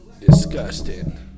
disgusting